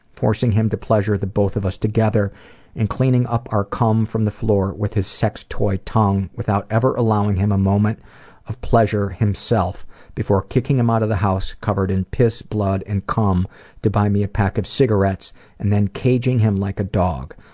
forcing him to pleasure the both of us together and cleaning up our cum from the floor with his sex toy tongue without ever allowing him a moment of pleasure himself before kicking him out of the house covered in piss, blood and cum to buy me a pack of cigarettes and then caging him like a dog.